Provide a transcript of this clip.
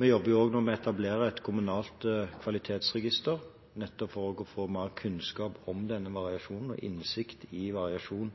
Vi jobber nå også med å etablere et kommunalt kvalitetsregister, nettopp for å få mer kunnskap om denne variasjonen og innsikt i variasjon